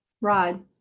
Rod